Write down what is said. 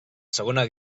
segona